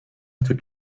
could